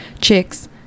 chicks